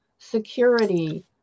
Security